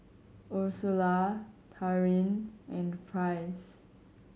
Ursula Taryn and Price